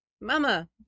mama